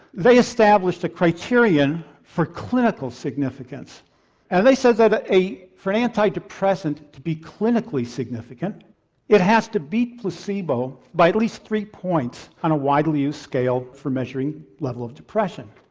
they established a criterion for clinical significance and they said that ah for an antidepressant to be clinically significant it has to beat placebo by at least three points on a widely used scale for measuring level of depression.